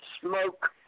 smoke